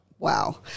wow